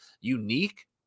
unique